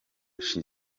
ashize